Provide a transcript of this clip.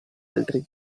altri